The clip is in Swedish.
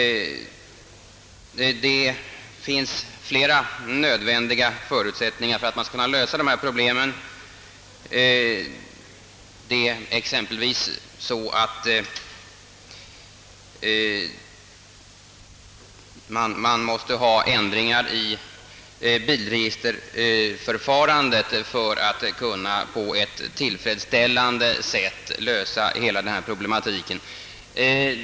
Det finns flera nödvändiga förutsättningar för att man skall kunna lösa dessa problem. Bland annat måste man ändra bilregistreringsförfarandet för att på ett tilifredsställande sätt kunna lösa hela denna problematik.